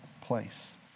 place